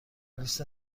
لیست